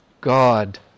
God